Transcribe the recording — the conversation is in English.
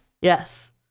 yes